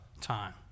time